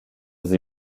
sie